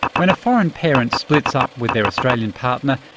when a foreign parent splits up with their australian partner,